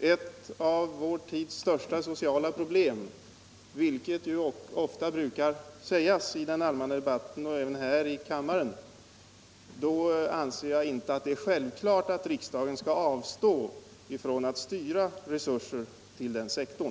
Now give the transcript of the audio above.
ett av vår tids största sociala problem — vilket ofta brukar hävdas i den allmänna debatten och även här i kammaren — då anser jag inte alt det är självklart att riksdagen skall avstå från att styra resurser till den sektorn.